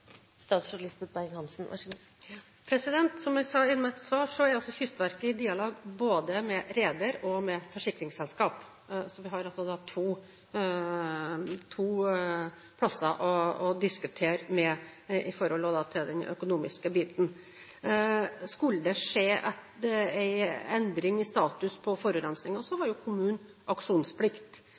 Som jeg sa i mitt svar, er Kystverket i dialog både med reder og med forsikringsselskap. Vi har da to plasser å diskutere med når det gjelder den økonomiske biten. Skulle det skje en endring i status på forurensningen, har kommunen aksjonsplikt. Så